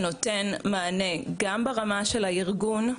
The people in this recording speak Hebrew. שנותן מענה גם ברמה של הארגון,